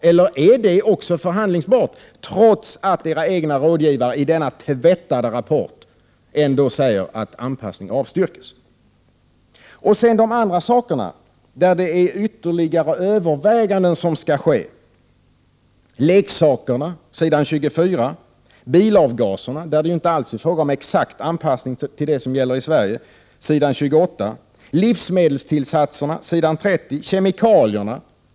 Eller är det också förhandlingsbart, trots att era egna rådgivare i denna tvättade rapport ändå säger att anpassning avstyrkes? Sedan de andra sakerna, där det är ytterligare överväganden som skall ske. Leksakerna, s. 24. Bilavgaserna, där det inte alls är fråga om exakt anpassning till det som gäller i Sverige, s. 28. Livsmedelstillsatserna, s. 30.